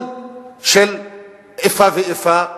לטיפול של איפה ואיפה בתושבים.